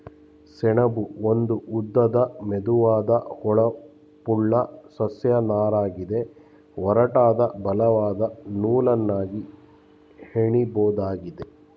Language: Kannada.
ಸೆಣಬು ಒಂದು ಉದ್ದದ ಮೆದುವಾದ ಹೊಳಪುಳ್ಳ ಸಸ್ಯ ನಾರಗಿದೆ ಒರಟಾದ ಬಲವಾದ ನೂಲನ್ನಾಗಿ ಹೆಣಿಬೋದಾಗಿದೆ